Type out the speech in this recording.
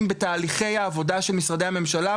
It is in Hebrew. בתהליכי העבודה של משרדי הממשלה,